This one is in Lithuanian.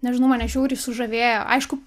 nežinau mane žiauriai sužavėjo aišku